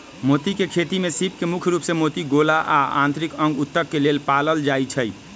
मोती के खेती में सीप के मुख्य रूप से मोती गोला आ आन्तरिक अंग उत्तक के लेल पालल जाई छई